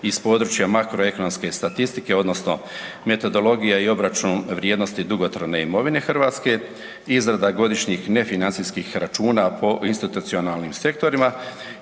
iz područja makro ekonomske statistike odnosno Metodologija i obračun vrijednosti dugotrajne imovine Hrvatske, izrada godišnjih nefinancijskih računa po institucionalnim sektorima